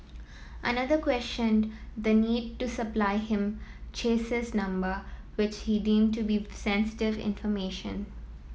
another questioned the need to supply him chassis number which he deemed to be sensitive information